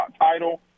title